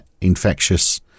infectious